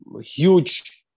huge